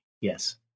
Yes